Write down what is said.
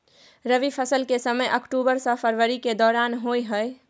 रबी फसल के समय अक्टूबर से फरवरी के दौरान होय हय